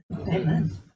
Amen